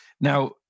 Now